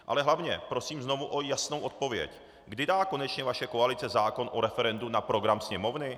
Ale hlavně, prosím znovu o jasnou odpověď: Kdy dá konečně vaše koalice zákon o referendu na program Sněmovny?